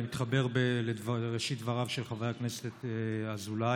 אני מתחבר לראשית דבריו של חבר הכנסת אזולאי,